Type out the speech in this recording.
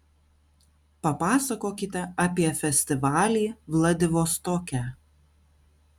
papasakokite apie festivalį vladivostoke